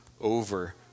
over